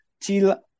till